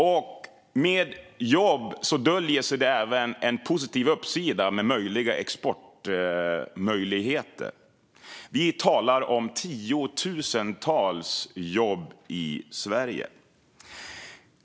I detta döljer sig även ytterligare en positiv uppsida, nämligen möjligheter till export. Vi talar om tiotusentals jobb i Sverige.